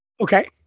Okay